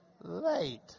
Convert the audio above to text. late